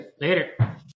later